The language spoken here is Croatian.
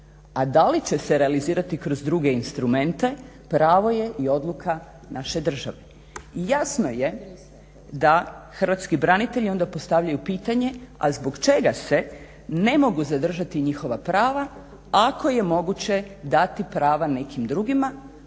A da li će se realizirati kroz druge instrumente pravo je i odluka naše države. I jasno je da hrvatski branitelji onda postavljaju pitanje a zbog čega se ne mogu zadržati njihova prava ako je moguće dati prava nekim drugima